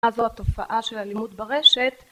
אז זו התופעה של אלימות ברשת